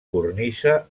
cornisa